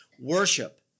worship